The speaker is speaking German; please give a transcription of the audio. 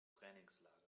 trainingslager